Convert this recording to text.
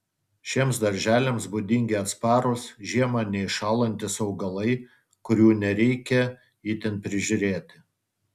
šiems darželiams būdingi atsparūs žiemą neiššąlantys augalai kurių nereikia itin prižiūrėti